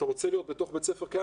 אתה רוצה להיות בתוך בית ספר קיים?